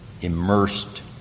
Immersed